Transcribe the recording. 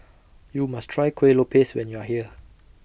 YOU must Try Kueh Lopes when YOU Are here